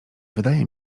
wydaje